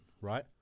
Right